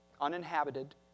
uninhabited